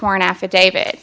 warrant affidavit